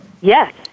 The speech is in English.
Yes